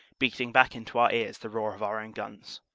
beating back into our ears the roar of our own guns.